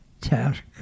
task